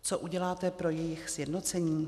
Co uděláte pro jejich sjednocení?